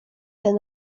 ten